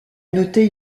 noté